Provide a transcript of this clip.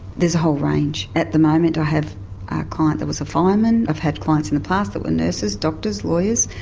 there's a whole range. at the moment i have a client that was a fireman, i've had clients in the past who were nurses, doctors, lawyers.